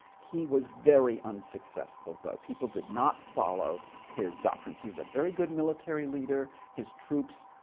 he was very unsuccessful, though. people did not follow his doctrines. he was a very good military leader. his troops,